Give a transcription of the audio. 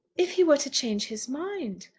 if he were to change his mind?